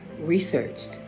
researched